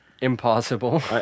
impossible